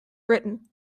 britain